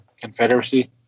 confederacy